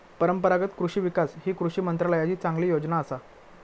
परंपरागत कृषि विकास ही कृषी मंत्रालयाची चांगली योजना असा